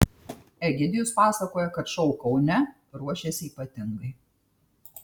egidijus pasakoja kad šou kaune ruošiasi ypatingai